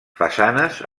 façanes